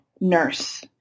nurse